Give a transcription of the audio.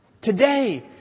Today